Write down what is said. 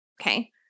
okay